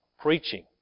preaching